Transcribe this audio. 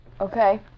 Okay